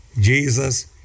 Jesus